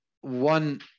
One